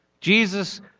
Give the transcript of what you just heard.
Jesus